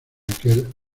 aquel